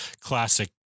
classic